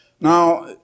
Now